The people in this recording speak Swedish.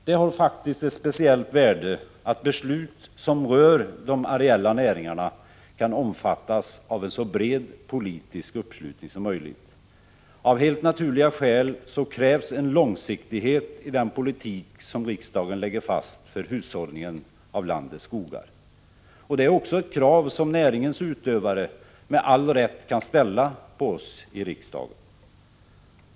Det har faktiskt ett speciellt värde att beslut som rör de areella näringarna kan omfattas av en så bred politisk uppslutning som möjligt. Av helt naturliga skäl krävs en långsiktighet i den politik som riksdagen lägger fast för hushållningen av landets skogar. Det är också ett krav som näringens utövare med all rätt kan ställa på oss i riksdagen.